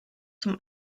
zum